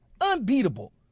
Unbeatable